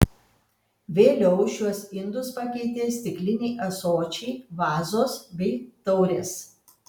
vėliau šiuos indus pakeitė stikliniai ąsočiai vazos bei taurės